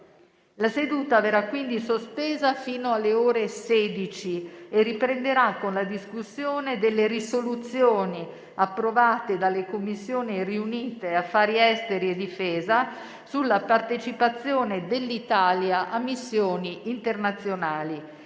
La seduta verrà quindi sospesa fino alle ore 16 e riprenderà con la discussione delle risoluzioni approvate dalle Commissioni riunite affari esteri e difesa sulla partecipazione dell'Italia a missioni internazionali.